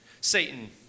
Satan